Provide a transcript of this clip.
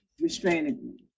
restraining